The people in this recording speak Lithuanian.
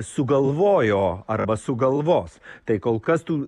sugalvojo arba sugalvos tai kol kas tų